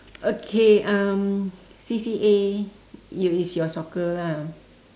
okay um C_C_A you is your soccer lah